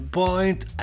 point